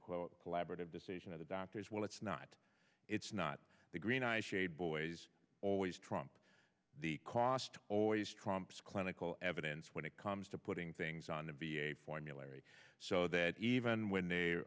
quote collaborative decision of the doctors well it's not it's not the green eyeshade boys always trump the cost always trumps clinical evidence when it comes to putting things on the be a formula every so that even when they